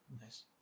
Nice